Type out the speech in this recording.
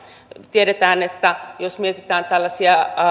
tiedetään että jos mietitään tällaisia